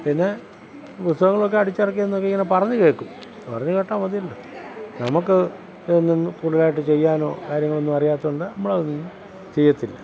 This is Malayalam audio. പിന്നെ പുസ്തകങ്ങളൊക്കെ അടിച്ച് ഇറക്കിയെന്ന് ഇങ്ങനെ പറഞ്ഞു കേൾക്കും പറഞ്ഞു കേട്ടാൽ മതിയല്ലോ നമ്മൾക്ക് ഇതിൽനിന്നും കൂടുതലായിട്ട് ചെയ്യാനോ കാര്യങ്ങളൊന്നും അറിയാത്തത് കൊണ്ട് നമ്മൾ അതൊന്നും ചെയ്യില്ല